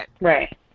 Right